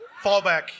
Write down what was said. fallback